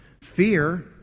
fear